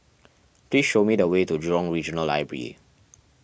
please show me the way to Jurong Regional Library